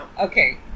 Okay